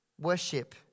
worship